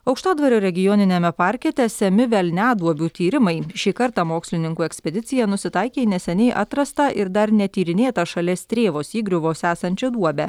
aukštadvario regioniniame parke tęsiami velniaduobių tyrimai šį kartą mokslininkų ekspedicija nusitaikė į neseniai atrastą ir dar netyrinėtą šalia strėvos įgriuvos esančią duobę